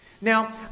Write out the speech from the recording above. Now